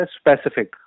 specific